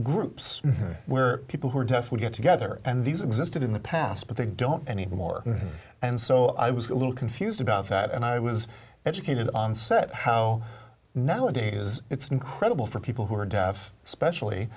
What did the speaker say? groups where people who were tough would get together and these existed in the past but they don't anymore and so i was a little confused about that and i was educated on set how nowadays it was incredible for people who are deaf especially